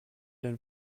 den